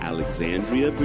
Alexandria